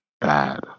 bad